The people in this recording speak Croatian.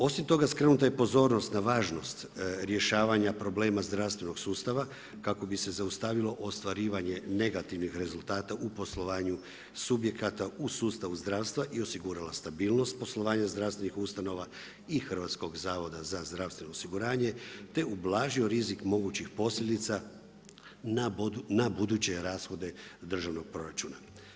Osim toga, skrenuta je pozornost na važnost rješavanja problema zdravstvenog sustava kako bi se zaustavilo ostvarivanje negativnih rezultata u poslovanju subjekata u sustavu zdravstva i osigurala stabilnost poslovanja zdravstvenih ustanova i HZZO-a, te ublažio rizik mogućih posljedica na buduće rashode državnog proračuna.